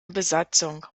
besatzung